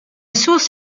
source